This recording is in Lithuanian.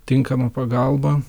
tinkama pagalba